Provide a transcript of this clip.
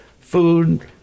food